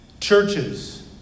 Churches